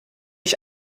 ich